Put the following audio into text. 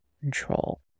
control